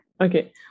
Okay